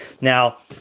Now